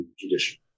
tradition